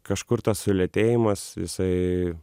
kažkur tas sulėtėjimas jisai